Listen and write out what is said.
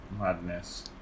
madness